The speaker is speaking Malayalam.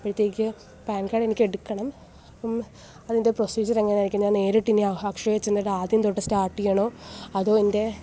അപ്പോഴത്തേക്കു പാൻ കാർഡ് എനിക്കെടുക്കണം അതിൻ്റെ പ്രോസിജിയർ എങ്ങനെയായിരിക്കും ഞാൻ നേരിട്ടിനി അക്ഷയയിൽ ചെന്ന് ആദ്യം തൊട്ട് സ്റ്റാർട്ട് ചെയ്യണോ അതോ എൻ്റെ